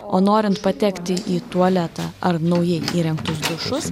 o norint patekti į tualetą ar naujai įrengtus dušus